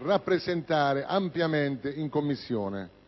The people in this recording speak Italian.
rappresentare ampiamente in Commissione